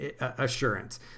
assurance